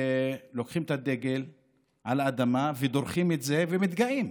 שלוקחים את הדגל על האדמה ודורכים על זה ומתגאים.